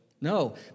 No